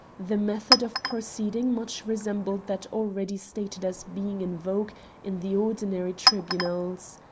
the method of proceeding much resembled that already stated as being in vogue in the ordinary tribunals.